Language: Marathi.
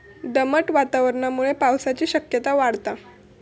दमट वातावरणामुळे पावसाची शक्यता वाढता